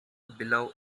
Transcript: below